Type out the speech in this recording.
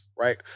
right